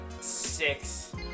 six